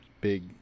big